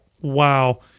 wow